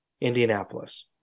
Indianapolis